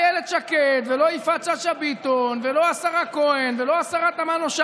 אתה רוצה להיות אדם טוב.